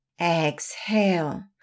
Exhale